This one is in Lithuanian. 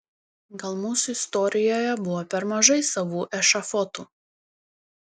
gal mūsų istorijoje buvo per mažai savų ešafotų